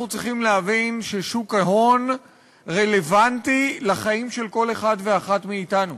אנחנו צריכים להבין ששוק ההון רלוונטי לחיים של כל אחד ואחת מאתנו,